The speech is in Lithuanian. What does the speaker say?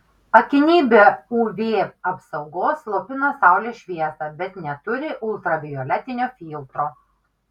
akiniai be uv apsaugos slopina saulės šviesą bet neturi ultravioletinio filtro